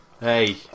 Hey